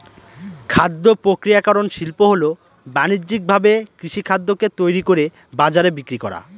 খাদ্য প্রক্রিয়াকরন শিল্প হল বানিজ্যিকভাবে কৃষিখাদ্যকে তৈরি করে বাজারে বিক্রি করা